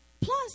plus